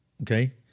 Okay